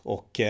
Och